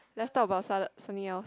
let's talk about something something else